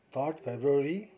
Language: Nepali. आठ फरवरी